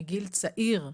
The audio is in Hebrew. מגיל צעיר,